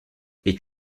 est